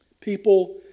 People